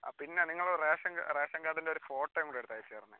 ആ പിന്നെ നിങ്ങള് റേഷൻ റേഷൻ കാഡിൻറ്റൊര് ഫോട്ടോയും കൂടെ എടുത്ത് അയച്ച് തരണേ